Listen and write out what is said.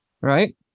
right